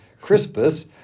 Crispus